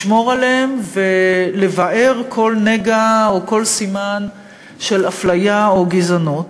לשמור עליהם ולבער כל נגע או כל סימן של אפליה או גזענות.